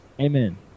Amen